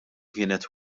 kienet